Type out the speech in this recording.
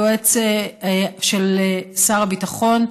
היועץ של שר הביטחון,